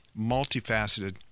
multifaceted